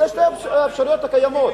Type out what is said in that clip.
אלה שתי האפשרויות שקיימות.